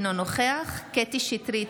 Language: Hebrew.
אינו נוכח קטי קטרין שטרית,